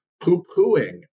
poo-pooing